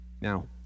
Now